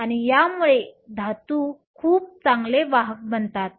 आणि यामुळे धातू खूप चांगले वाहक बनतात